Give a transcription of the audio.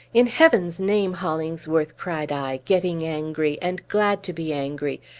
in heaven's name, hollingsworth, cried i, getting angry, and glad to be angry,